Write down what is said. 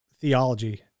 theology